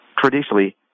traditionally